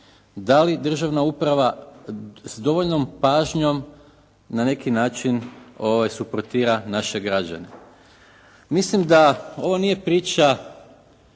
Da li državna uprava s dovoljnom pažnjom na neki način suportira naše građane? Mislim da ovo nije priča